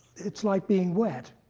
it's like being wet